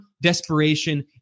desperation